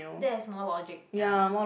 that is more logic ya